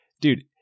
dude